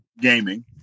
Gaming